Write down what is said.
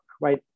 right